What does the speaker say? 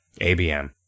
ABM